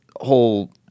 whole –